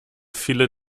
viele